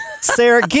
Sarah